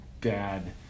bad